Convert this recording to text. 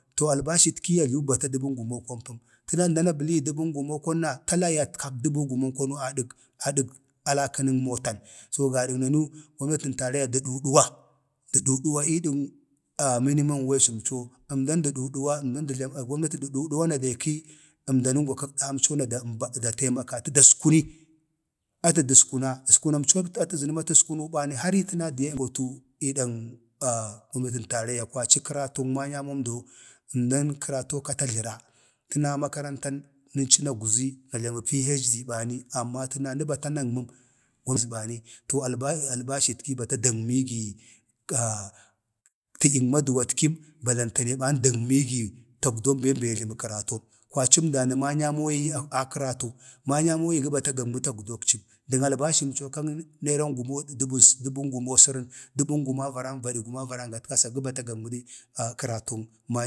﻿to albashitki ajləmə bata dəbən gumokwan pəm. təna əmdan abliigi dəbən gumokwan na tala yatkak dəban gumo kwanu adak alakənan motan. to adan nanu, gomnatən taraiyya də duduwa də duduwa ii dən minimam wej əmco əmdan də duduwa əmdan də gomnati də duduwa na deekə əmdanəngwa kan adhamco na da taimakatə daskuni atə daskuna, əskunamco atə zənə ma atə əskunu ba har ii təna kwaci kəraton manyamomdo, əmdan kəratou kata jləra, əna amakarantan əncə nagwgzi na jləma phd bani, amma təna nə bata nanməm. to albashitki bata ganmi gi tədyək maduwatkim baran tane ba dan migi tagwdon bem be ya jləmək kəratou. kwaci əmdani manyamonyi a kərato, manyamonyi gə bata gagmigcəm dən albashəm co kan neran gumo dəban gumo sərən, dəbən guma avaran vadi, guma varan gatkasa, gə bata ga akaratu.